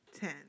Ten